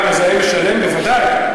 המזהם משלם, בוודאי.